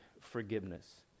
forgiveness